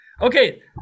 Okay